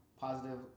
Positive